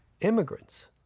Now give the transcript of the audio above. Immigrants